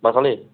ভাত খালি